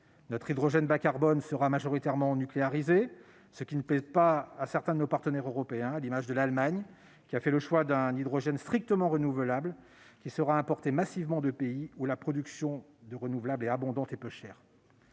Notre hydrogène « bas carbone » sera majoritairement « nucléarisé », ce qui ne plaît pas à certains de nos partenaires européens, comme l'Allemagne, qui fait le choix d'un hydrogène strictement renouvelable, importé massivement de pays où la production de renouvelable est abondante et peu chère.